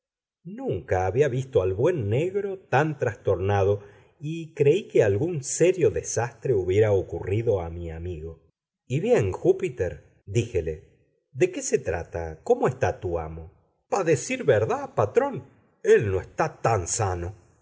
nunca había visto al buen negro tan trastornado y creí que algún serio desastre hubiera ocurrido a mi amigo y bien júpiter díjele de qué se trata cómo está tu amo pá decir verdá patrón él no etá tan sano